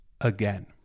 again